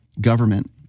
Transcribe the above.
government